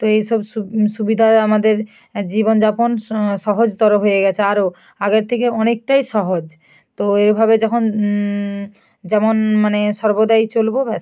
তো এইসব সুবিধায় আমাদের জীবনযাপন সহজতর হয়ে গেছে আরো আগের থেকে অনেকটাই সহজ তো এভাবে যখন যেমন মানে সর্বদাই চলব ব্যাস